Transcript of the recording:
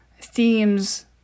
themes